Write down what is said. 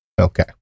Okay